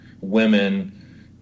women